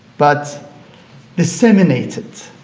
but disseminated,